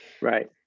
Right